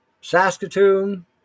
Saskatoon